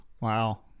Wow